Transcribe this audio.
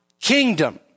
kingdom